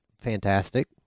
fantastic